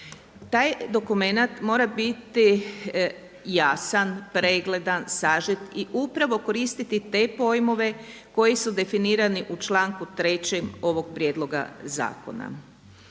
Taj dokumenat mora biti jasan, pregledan, sažet i upravo koristiti te pojmove koji su definirani u članku 3. ovog prijedloga zakona.